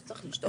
לא צריך לשתות?